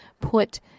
put